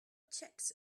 checks